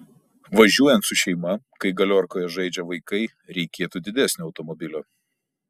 važiuojant su šeima kai galiorkoje žaidžia vaikai reikėtų didesnio automobilio